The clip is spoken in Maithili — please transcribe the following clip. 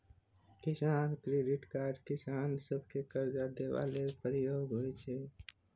किसान क्रेडिट कार्ड किसान सभकेँ करजा देबा लेल प्रयोग होइ छै